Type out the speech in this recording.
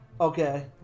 Okay